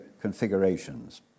configurations